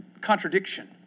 contradiction